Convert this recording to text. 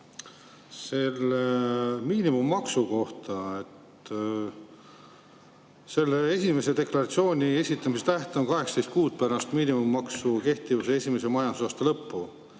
miinimummaksu kohta. Esimese deklaratsiooni esitamise tähtaeg on 18 kuud pärast miinimummaksu kehtivuse esimese majandusaasta lõppu